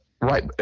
right